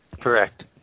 Correct